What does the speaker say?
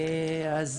אז